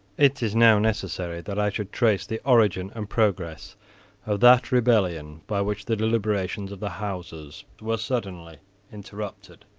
it is now necessary that i should trace the origin and progress of that rebellion by which the deliberations of the houses were suddenly interrupted.